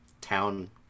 town